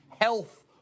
Health